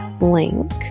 link